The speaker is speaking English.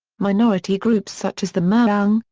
minority groups such as the muong,